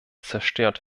zerstört